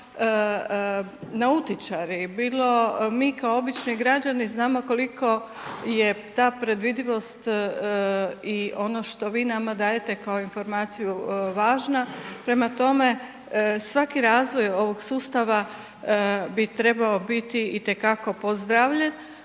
nautičari, bilo mi kao obični građani znamo koliko je ta predvidivost i ono što vi nama dajete kao informaciju važna. Prema tome, svaki razvoj ovog sustava bi trebao biti itekako pozdravljen.